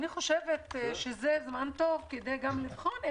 אני חושבת שזה זמן נכון כדי לבחון גם